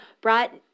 brought